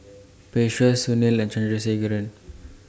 Peyush Sunil and Chandrasekaran